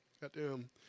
goddamn